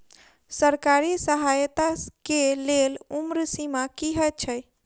सरकारी सहायता केँ लेल उम्र सीमा की हएत छई?